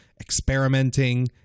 experimenting